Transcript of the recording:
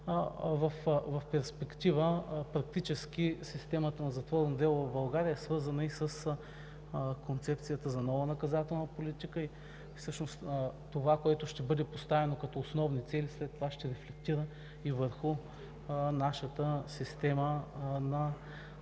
В перспектива практически системата на затворното дело в България е свързана и с концепцията за нова наказателна политика. Това, което ще бъде поставено като основни цели, след това ще рефлектира и върху нашата система на изпълнение